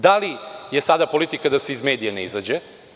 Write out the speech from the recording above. Da li je sada politika da se iz medija ne izađe?